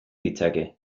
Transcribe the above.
ditzake